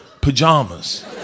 pajamas